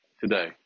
today